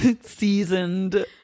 seasoned